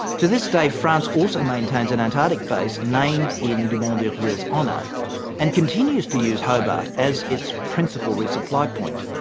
to this day france also maintains an antarctic base named in dumont d'urville's honour and continues to use hobart as its principal resupply point.